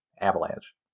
Avalanche